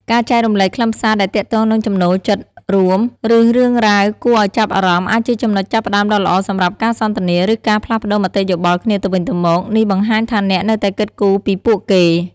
ការចែករំលែកខ្លឹមសារដែលទាក់ទងនឹងចំណូលចិត្តរួម ឬរឿងរ៉ាវគួរឱ្យចាប់អារម្មណ៍អាចជាចំណុចចាប់ផ្ដើមដ៏ល្អសម្រាប់ការសន្ទនា និងការផ្លាស់ប្ដូរមតិយោបល់គ្នាទៅវិញទៅមក នេះបង្ហាញថាអ្នកនៅតែគិតគូរពីពួកគេ។